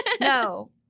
No